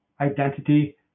identity